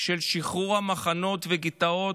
של שחרור המחנאות והגטאות,